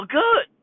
good